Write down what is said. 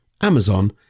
Amazon